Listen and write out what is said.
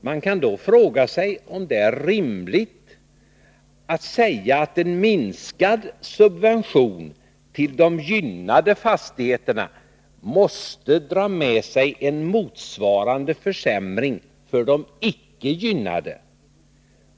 Man kan då fråga sig om det är rimligt att säga att en minskad subvention till de gynnade fastigheterna måste dra med sig en motsvarande försämring för de icke-gynnade.